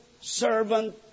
servant